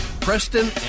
Preston